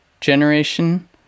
generation